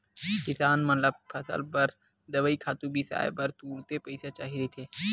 किसान मन ल फसल बर दवई, खातू बिसाए बर तुरते पइसा चाही रहिथे